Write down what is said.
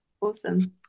awesome